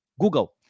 google